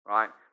Right